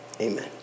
amen